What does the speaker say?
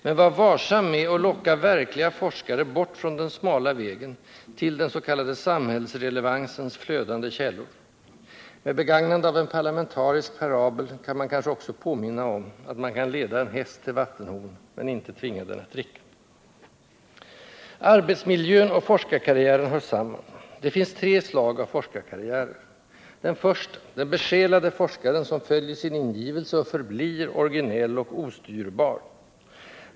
Men var varsam med att locka verkliga forskare bort från den smala vägen till den s.k. samhällsrelevansens flödande källor — med begagnande av en parlamentarisk parabel kan jag också påminna om att man kan leda en häst till vattenhon men inte tvinga den att dricka. Arbetsmiljön och ”forskarkarriären” hör samman. Det finns tre slag av forskarkarriärer: Den första — den besjälade forskaren som följer sin ingivelse och förblir originell och ostyrbar.